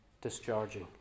discharging